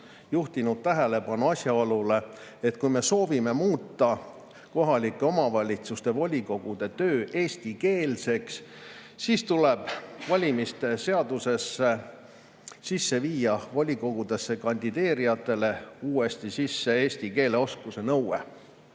juhtinud tähelepanu asjaolule, et kui me soovime muuta kohalike omavalitsuste volikogu töö eestikeelseks, siis tuleb uuesti valimise seadusesse sisse viia volikogudesse kandideerijatele eesti keele oskuse nõue.